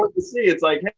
but to see. it's like, hey,